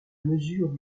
mesure